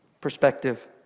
Perspective